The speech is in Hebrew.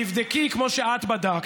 תבדקי, כמו שאת בדקת,